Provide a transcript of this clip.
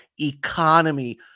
economy